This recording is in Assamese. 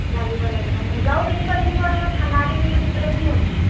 লাগিব লাগিব মোজাও কিনিব লাগিব নহয় ঠাণ্ডা দিন বুলি ক'লে কি হ'ব